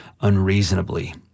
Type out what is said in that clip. unreasonably